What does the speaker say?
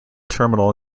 terminal